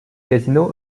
casino